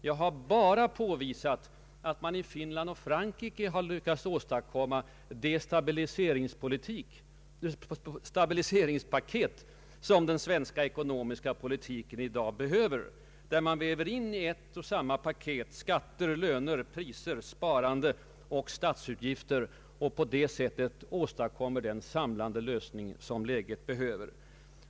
Jag har bara påvisat att man i Finland och Frankrike lyckats åstadkomma det stabiliseringspaket som den svenska ekonomiska politiken i dag behöver — där man i samma paket väver in skatter, löner, priser, sparande och statsutgifter och på det sättet åstadkommer den samlande lösning som läget behöver.